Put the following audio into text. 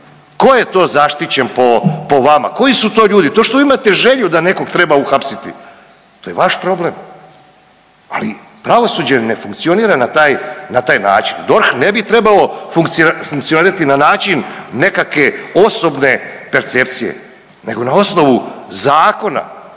ko je to zaštićen po, po vama, koji su to ljudi, to što vi imate želju da nekog treba uhapsiti to je vaš problem, ali pravosuđe ne funkcionira na taj, na taj način. DORH ne bi trebao funkcionirati na način nekakve osobne percepcije nego na osnovu zakona,